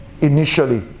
initially